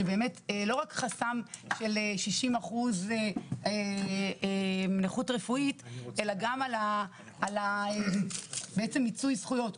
כי באמת לא רק חסם של 60% נכות רפואית אלא גם על בעצם מיצוי זכויות.